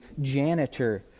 janitor